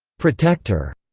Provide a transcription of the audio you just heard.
protector,